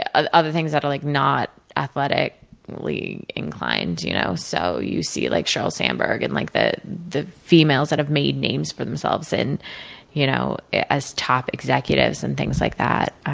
ah ah other things that are like not athletically inclined. you know so, you see like charlotte sandburg, and like the the females that have made names for themselves and you know as top executives, and things like that.